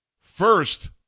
first